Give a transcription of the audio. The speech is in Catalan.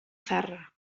zarra